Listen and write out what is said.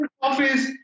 Office